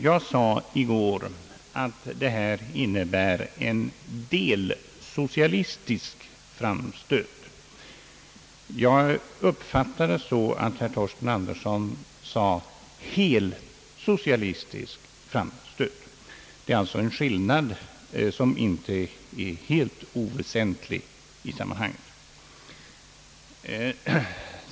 Jag sade i går, att detta innebär en delsocialistisk framstöt. Jag uppfattar det så, att herr Torsten Andersson sade helsocialistisk framstöt. Det är alltså en skillnad, som inte är helt oväsentlig i sammanhanget.